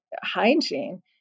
hygiene